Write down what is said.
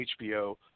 HBO